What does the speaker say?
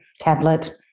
tablet